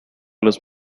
los